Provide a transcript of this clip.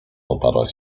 uparłaś